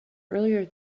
earlier